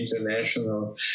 international